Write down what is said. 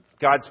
God's